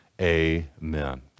Amen